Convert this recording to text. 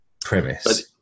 premise